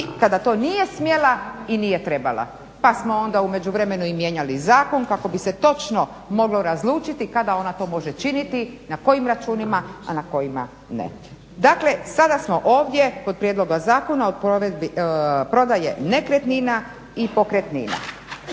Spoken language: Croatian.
kada to nije smjela i nije trebala. Pa smo onda i u međuvremenu mijenjali zakon kako bi se točno moglo razlučiti kada ona to može činiti, na kojim računima a na kojima ne. dakle, sada smo ovdje kod prijedloga zakona o provedbi prodaje nekretnina i pokretnina.